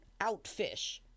outfish